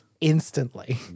instantly